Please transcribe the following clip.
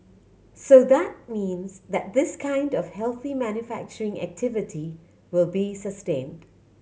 so that means that this kind of healthy manufacturing activity will be sustained